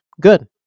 good